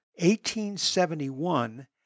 1871